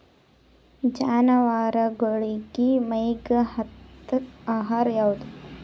ಜಾನವಾರಗೊಳಿಗಿ ಮೈಗ್ ಹತ್ತ ಆಹಾರ ಯಾವುದು?